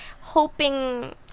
hoping